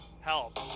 help